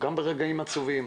וגם ברגעים עצובים,